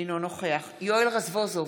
אינו נוכח יואל רזבוזוב,